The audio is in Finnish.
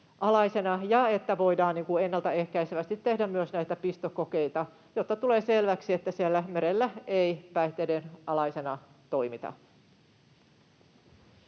alaisena, ja että voidaan ennalta ehkäisevästi tehdä myös näitä pistokokeita, jotta tulee selväksi, että siellä merellä ei päihteiden alaisena toimita.